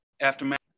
Aftermath